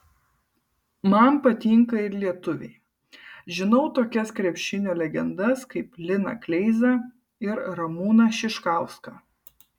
man patinka ir lietuviai žinau tokias krepšinio legendas kaip liną kleizą ir ramūną šiškauską